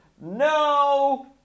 no